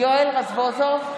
רזבוזוב,